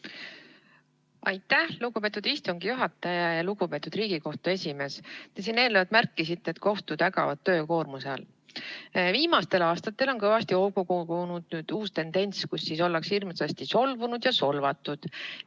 Aitäh, lugupeetud istungi juhataja! Lugupeetud Riigikohtu esimees! Te siin eelnevalt märkisite, et kohtud ägavad töökoormuse all. Viimastel aastatel on kõvasti hoogu kogunud uus tendents, et ollakse hirmsasti solvunud ja solvatud,